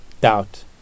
doubt